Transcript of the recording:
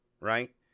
Right